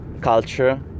culture